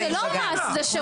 סימון, זה לא מס, זה שירות.